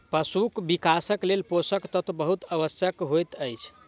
पशुक विकासक लेल पोषक तत्व बहुत आवश्यक होइत अछि